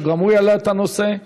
שגם הוא העלה את הנושא.